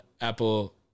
Apple